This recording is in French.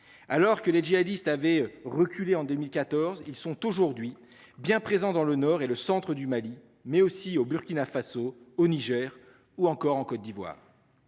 Alors que les jihadistes avaient reculé en 2014, ils sont aujourd'hui bien présent dans le nord et le centre du Mali, mais aussi au Burkina Faso, au Niger ou encore en Côte d'Ivoire.